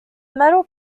metal